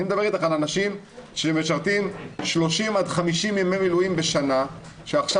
אני מדבר איתך על אנשים שמשרתים 30-50 ימי מילואים בשנה שעכשיו